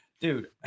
dude